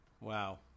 wow